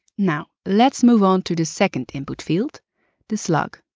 now, let's move on to the second input field the slug.